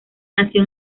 nació